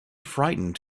frightened